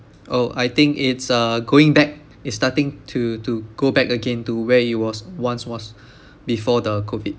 oh I think it's uh going back it's starting to to go back again to where it was once was before the COVID